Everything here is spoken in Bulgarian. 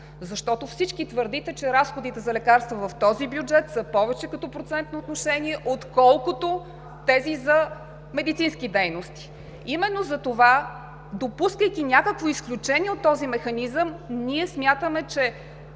Защото всички твърдите, че разходите за лекарства в този бюджет са повече като процентно отношение, отколкото тези за медицински дейности. Именно затова, допускайки някакво изключение от този механизъм, ние смятаме, че